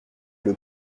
être